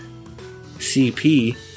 CP